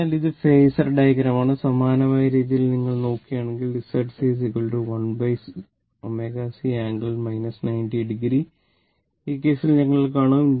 അതിനാൽ ഇത് ഫേസർ ഡയഗ്രമാണ് സമാനമായ രീതിയിൽ നിങ്ങൾ നീക്കുകയാണെങ്കിൽ Z C 1ω C angle 90o ഈ കേസിൽ ഞങ്ങൾ കാണും